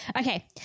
Okay